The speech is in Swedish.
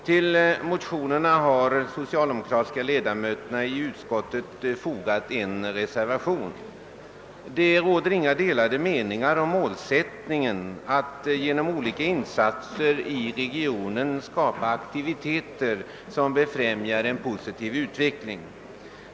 Till motionerna har vi socialdemokratiska ledamöter i utskottet fogat en reservation. Det råder inga delade meningar om målsättningen: att genom olika insatser i regionen skapa aktiviteter som främjar en positiv utveckling.